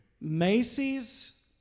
Macy's